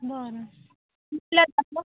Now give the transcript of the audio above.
बरं